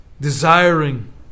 desiring